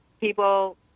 people